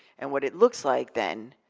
and what it looks like then,